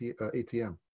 ATM